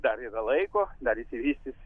dar yra laiko dar išsivystys